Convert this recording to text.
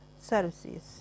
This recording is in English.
services